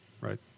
right